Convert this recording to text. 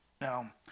Now